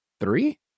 three